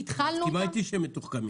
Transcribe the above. את מסכימה איתי שהם מתוחכמים.